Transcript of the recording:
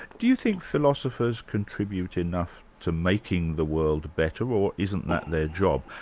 do you think philosophers contribute enough to making the world better, or isn't that their job?